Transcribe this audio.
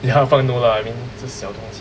其他的放 no lah I mean 这小东西